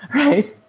right?